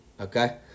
okay